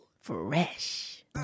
Fresh